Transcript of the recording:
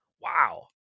wow